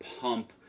pump